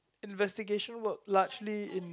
investigation work largely in